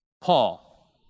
Paul